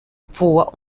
vor